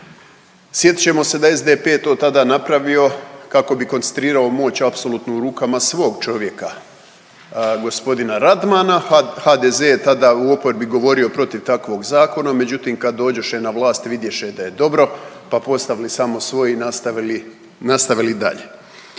Sjetit ćemo se da je SDP to tada napravio kako bi koncentrirao moć apsolutno u rukama svog čovjeka, g. Radmana, HDZ je tada u oporbi govorio protiv takvog zakona, međutim, kad dođoše na vlast i vidješe da je dobro, pa postavili samo svoj i nastavili dalje.